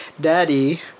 Daddy